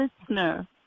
listener